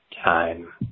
Time